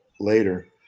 later